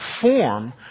form